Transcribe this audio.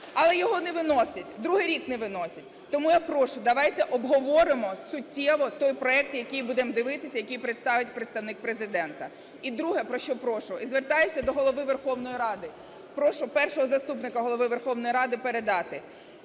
Але його не виносять, другий рік не виносять. Тому я прошу, давайте обговоримо суттєво той проект, який будемо дивитися, який представить представник Президента. І друге, про що прошу і звертаюся до Голови Верховної Ради. Прошу Першого заступника Голови Верховної Ради передати.